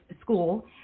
school